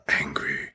Angry